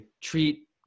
treat